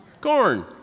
corn